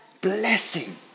Blessing